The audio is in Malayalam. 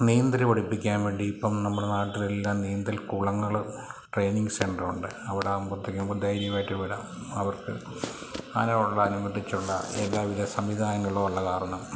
നീന്തൽ പഠിപ്പിക്കാൻ വേണ്ടി ഇപ്പം നമ്മുടെ നാട്ടിലെല്ലാം നീന്തൽകുളങ്ങൾ ട്രെയിനിങ് സെൻ്റർ ഉണ്ട് അവടെയാകുമ്പോഴത്തേക്കും നമുക്ക് ധൈര്യമായിട്ടുവിടാം അവർക്ക് അതിനോടുള്ള അനുബന്ധിച്ചുള്ള എല്ലാവിധ സംവിധാനങ്ങളും ഉള്ളതു കാരണം